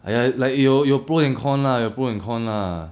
!aiya! like 有有 pro and con lah 有 pro and con lah